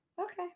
Okay